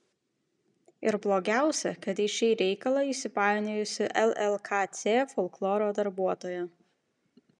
ir blogiausia kad į šį reikalą įsipainiojusi llkc folkloro darbuotoja